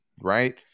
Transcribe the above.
Right